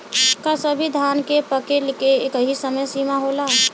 का सभी धान के पके के एकही समय सीमा होला?